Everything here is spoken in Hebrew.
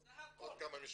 עוד כמה משפטים.